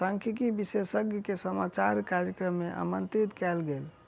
सांख्यिकी विशेषज्ञ के समाचार कार्यक्रम मे आमंत्रित कयल गेल